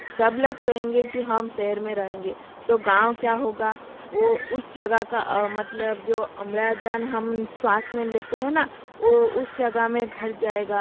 सब लोग कहेंगे कि हम शहर में रहेंगे तो गाँव क्या होगा वो उस जगह का मतलब जो अमरा जान हम स्वांस में लेते हैं ना वो उसे जगह में घर जाएगा